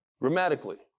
grammatically